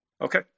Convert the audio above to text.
Okay